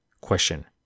Question